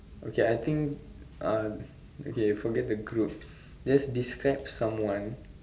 okay I think um okay forget the group just describe someone